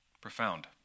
profound